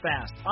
fast